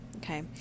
Okay